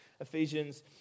Ephesians